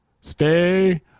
Stay